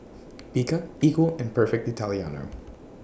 Bika Equal and Perfect Italiano